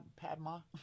Padma